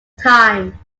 time